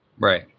right